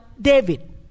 David